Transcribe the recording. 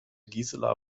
gisela